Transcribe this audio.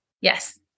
Yes